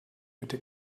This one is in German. bitte